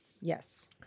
Yes